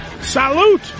Salute